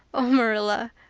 oh, marilla,